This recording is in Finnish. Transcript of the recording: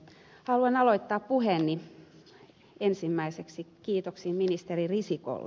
haluan aloittaa puheeni ensimmäiseksi kiitoksin ministeri risikolle